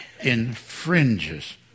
infringes